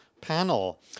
panel